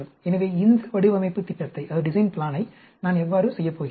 எனவே இந்த வடிவமைப்பு திட்டத்தை நான் எவ்வாறு செய்யப் போகிறேன்